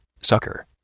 Sucker